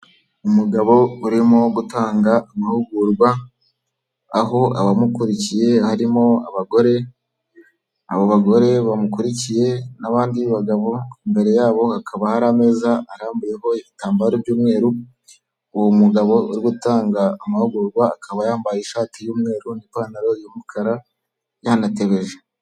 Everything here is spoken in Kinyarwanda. Umugabo urimo gutanga amahugurwa aho abamukurikiye harimo abagore abo bagore bamukurikiye n'abandi bagabo imbere yabo hakaba hari ameza arambuyeho ibitambaro by'umweru uwo mugabo urigutanga amahugurwa akaba yambaye ishati y'umweru n'ipantaro y'umukara yanatebeje.